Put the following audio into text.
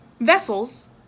vessels